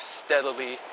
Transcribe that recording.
steadily